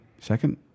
Second